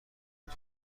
شده